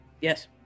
yes